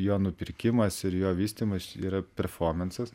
jo nupirkimas ir jo vystymas yra performansas